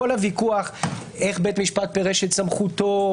כל הוויכוח איך בית משפט פירש את סמכותו,